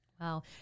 Wow